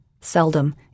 Seldom